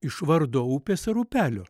iš vardo upės ar upelio